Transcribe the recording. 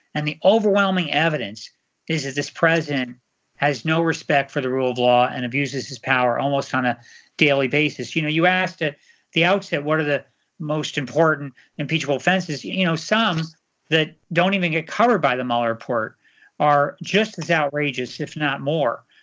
and the overwhelming evidence is that this president has no respect for the rule of law and abuses his power almost on a daily basis. you know you asked at the outset, what are the most important impeachable offenses? you know some that don't even get covered by the mueller report are just as outrageous, if not more,